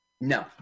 No